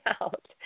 out